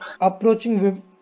approaching